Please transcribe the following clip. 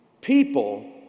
People